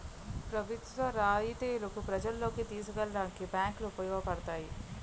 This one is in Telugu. ప్రభుత్వ రాయితీలను ప్రజల్లోకి తీసుకెళ్లడానికి బ్యాంకులు ఉపయోగపడతాయి